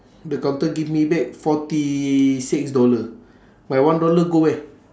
the counter give me back forty six dollar my one dollar go where